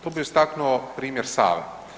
Tu bih istaknuo primjer Save.